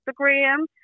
Instagram